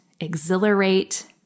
exhilarate